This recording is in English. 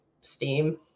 Steam